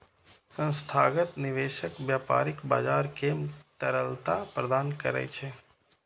संस्थागत निवेशक व्यापारिक बाजार कें तरलता प्रदान करै छै